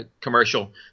commercial